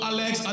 Alex